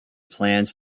plans